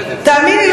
תאמין לי,